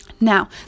Now